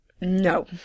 No